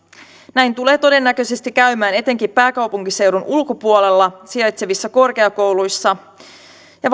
näin tulee todennäköisesti käymään etenkin pääkaupunkiseudun ulkopuolella sijaitsevissa korkeakouluissa ja